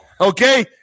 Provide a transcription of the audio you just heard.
okay